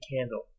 candle